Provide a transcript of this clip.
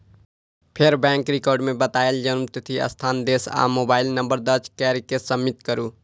फेर bank record मे बतायल जन्मतिथि, स्थान, देश आ मोबाइल नंबर दर्ज कैर के सबमिट करू